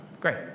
Great